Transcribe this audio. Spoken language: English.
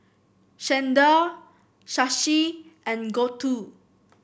Chanda Shashi and Gouthu